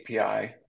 API